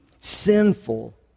sinful